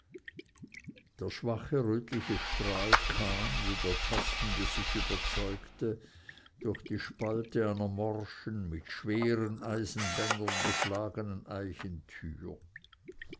der schwache rötliche strahl kam wie der tastende sich überzeugte durch die spalte einer morschen mit schweren eisenbändern beschlagenen eichentür